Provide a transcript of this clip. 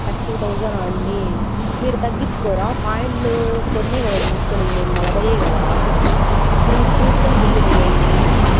thirty thousand అండి మీరు తగ్గించుకోరా ప్యాంటులు కొన్ని కదా తీసుకునింది మేము నలభై కదా దీనికి చూసుకొని బిల్లు వేయండి